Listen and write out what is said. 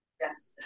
Yes